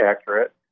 accurate